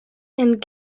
and